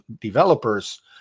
developers